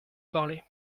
parler